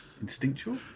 Instinctual